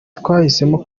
twahisemo